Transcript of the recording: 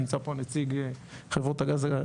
נמצא פה נציג חברות הגז הטבעי,